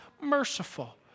merciful